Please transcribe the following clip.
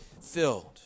filled